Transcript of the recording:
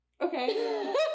Okay